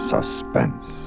Suspense